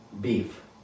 beef